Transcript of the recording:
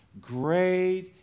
great